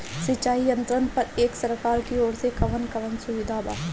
सिंचाई यंत्रन पर एक सरकार की ओर से कवन कवन सुविधा बा?